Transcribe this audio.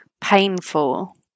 painful